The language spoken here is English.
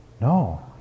No